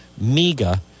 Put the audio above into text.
mega